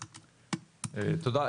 תודה.